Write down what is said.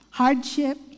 hardship